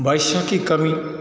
वर्षा की कमी